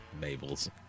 Mabel's